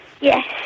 Yes